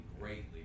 greatly